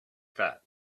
that